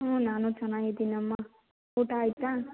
ಹ್ಞೂ ನಾನೂ ಚೆನ್ನಾಗಿದಿನಮ್ಮ ಊಟ ಆಯಿತಾ